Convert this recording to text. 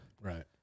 Right